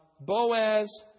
Boaz